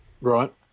Right